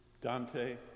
Dante